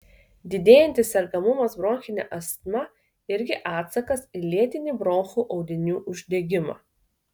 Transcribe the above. didėjantis sergamumas bronchine astma irgi atsakas į lėtinį bronchų audinių uždegimą